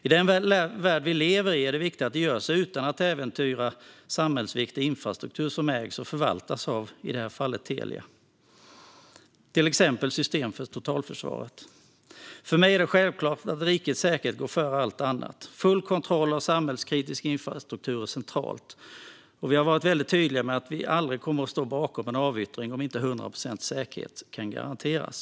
I den värld vi lever i är det viktigt att detta görs utan att äventyra samhällsviktig infrastruktur som ägs och förvaltas av Telia, i det här fallet, till exempel system för totalförsvaret. För mig är det självklart att rikets säkerhet går före allt annat. Full kontroll av samhällskritisk infrastruktur är centralt. Vi har varit väldigt tydliga med att vi aldrig kommer att stå bakom en avyttring om inte 100 procents säkerhet kan garanteras.